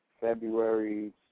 February